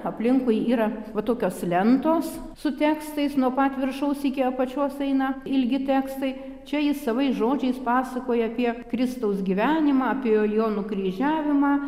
aplinkui yra va tokios lentos su tekstais nuo pat viršaus iki apačios eina ilgi tekstai čia jis savais žodžiais pasakoja apie kristaus gyvenimą apie jo nukryžiavimą